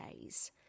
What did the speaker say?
days